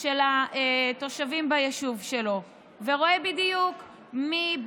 של התושבים ביישוב שלו ורואה בדיוק מי,